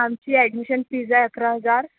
आमची admission fees आहे अकरा हजार